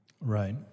Right